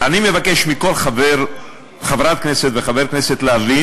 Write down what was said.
אני מבקש מכל חברת כנסת וחבר כנסת להבין